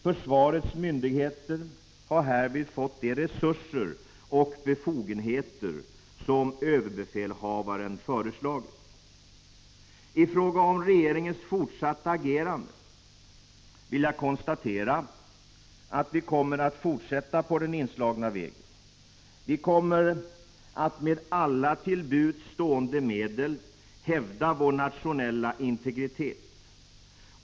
Försvarets myndigheter har härvid fått de resurser och befogenheter som överbefälhavaren föreslagit. I fråga om regeringens fortsatta agerande vill jag konstatera att vi kommer att fortsätta på den inslagna vägen. Vi kommer att med alla till buds stående medel hävda vår nationella integritet.